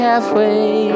Halfway